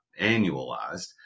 annualized